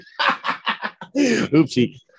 Oopsie